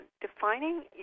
defining